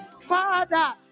Father